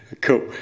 Cool